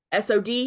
SOD